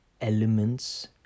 elements